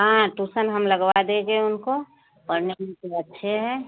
हाँ टूसन हम लगवा देंगे उनको पढ़ने में सब अच्छे हैं